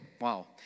wow